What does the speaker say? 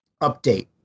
update